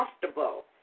comfortable